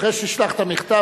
אחרי שתשלח את המכתב,